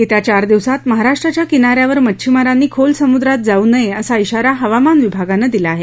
येत्या चार दिवसात महाराष्ट्राच्या किनाऱ्यावर मच्छमारांनी खोल समुद्रात जाऊ नये असा शारा हवामान विभागानं दिला आहे